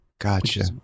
Gotcha